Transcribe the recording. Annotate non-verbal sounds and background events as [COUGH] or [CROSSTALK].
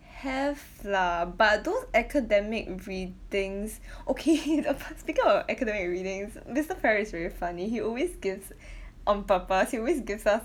have lah but those academic readings okay [BREATH] apa~ speaking of academic readings mister Perry is very funny he always gives [BREATH] on purpose he always gives us